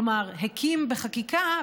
כלומר הקים בחקיקה,